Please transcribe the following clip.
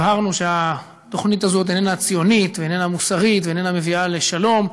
הבהרנו שהתוכנית הזאת איננה ציונית ואיננה מוסרית ואיננה מביאה לשלום.